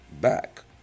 back